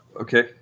Okay